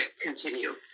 continue